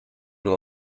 nur